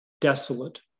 desolate